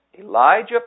Elijah